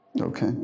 Okay